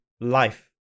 life